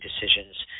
decisions